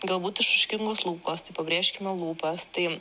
galbūt išraiškingos lūpos tai pabrėžkite lūpas tai